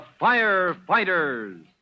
Firefighters